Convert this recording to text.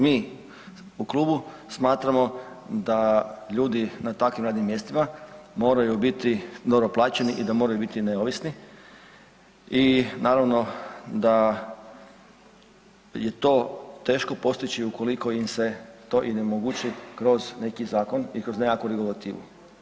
Mi u klubu smatramo da ljudi na takvim radnim mjestima moraju biti dobro plaćeni i da moraju biti neovisni i naravno da je to teško postići ukoliko im se to i onemogući kroz neki zakon i kroz neku regulativu.